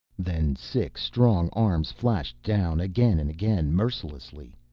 then six strong arms flashed down, again and again, mercilessly.